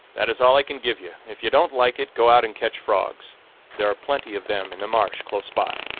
that is all i can give you if you don't like it, go out and catch frogs there are plenty of them in the marsh close by.